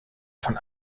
von